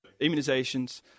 immunizations